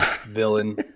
villain